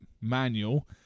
manual